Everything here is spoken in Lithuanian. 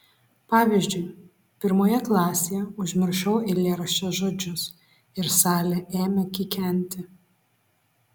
pavyzdžiui pirmoje klasėje užmiršau eilėraščio žodžius ir salė ėmė kikenti